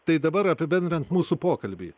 tai dabar apibendrinant mūsų pokalbį